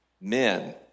Men